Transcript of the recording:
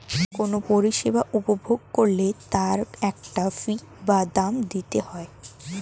কোনো পরিষেবা উপভোগ করলে তার একটা ফী বা দাম দিতে হয়